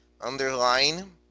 underline